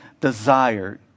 desired